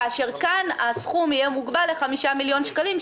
כאשר כאן הסכום יהיה מוגבל ל-5 מיליון שקלים,